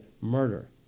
murder